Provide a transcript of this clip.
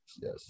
Yes